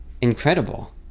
incredible